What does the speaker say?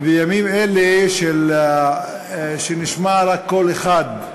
ובימים אלה, כשנשמע רק קול אחד,